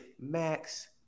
Max